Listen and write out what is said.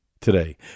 Today